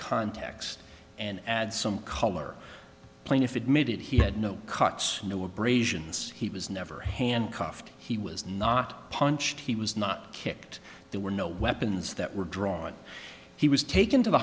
context and add some color plaintiff admitted he had no cuts no abrasions he was never handcuffed he was not punched he was not kicked there were no weapons that were drawn he was taken to the